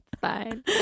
Fine